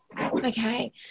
Okay